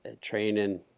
training